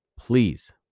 please